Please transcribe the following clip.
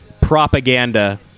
Propaganda